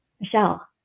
Michelle